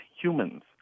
humans